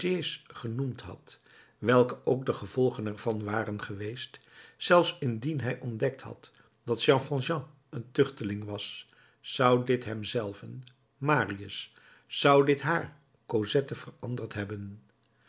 genoemd had welke ook de gevolgen ervan waren geweest zelfs indien hij ontdekt had dat jean valjean een tuchteling was zou dit hem zelven marius zou dit haar cosette veranderd hebben